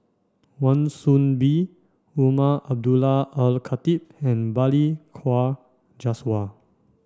Wan Soon Bee Umar Abdullah Al Khatib and Balli Kaur Jaswal